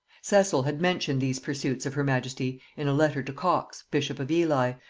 cecil had mentioned these pursuits of her majesty in a letter to cox bishop of ely,